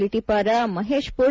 Litipara Maheshpur